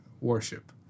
worship